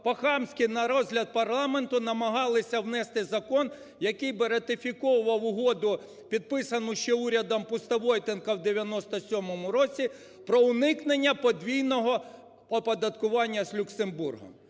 по-хамськи на розгляд парламенту намагалися внести закон, який би ратифіковував Угоду, підписану ще урядом Пустовойтенка в 2007 році, про уникнення подвійного оподаткування з Люксембургом.